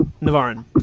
Navarin